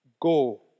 Go